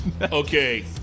Okay